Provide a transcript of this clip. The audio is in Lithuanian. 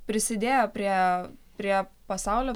prisidėjo prie prie pasaulio